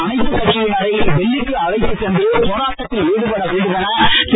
அனைத்து கட்சியினரை டெல்லிக்கு அழைத்துச் சென்று போராட்டத்தில் ஈடுபட வேண்டும் என திரு